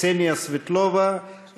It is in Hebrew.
קסניה סבטלובה,